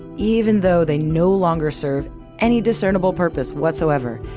even though they no longer serve any discernible purpose whatsoever,